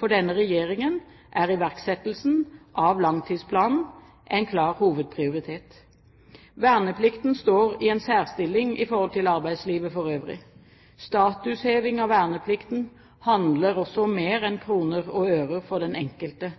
For denne regjeringen er iverksettelsen av langtidsplanen en klar hovedprioritet. Verneplikten står i en særstilling i forhold til arbeidslivet for øvrig. Statusheving av verneplikten handler også om mer enn kroner og øre for den enkelte.